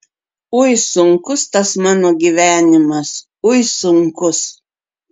ui sunkus tas mano gyvenimas ui sunkus